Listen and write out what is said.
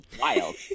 wild